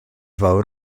fawr